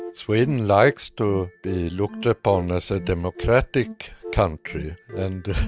and sweden likes to be looked upon as a democratic country and,